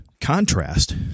contrast